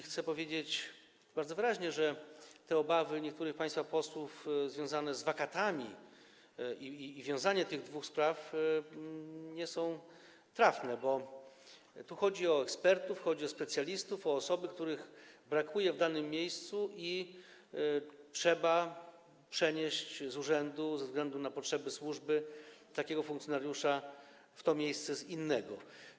Chcę powiedzieć bardzo wyraźnie, że te obawy niektórych państwa posłów związane z wakatami i wiązanie tych dwóch spraw nie są trafne, bo tu chodzi o ekspertów, chodzi o specjalistów, o osoby, których brakuje w danym miejscu i które trzeba przenieść z urzędu ze względu na potrzeby służby - z tego względu trzeba przenieść takiego funkcjonariusza w to miejsce z innego.